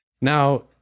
Now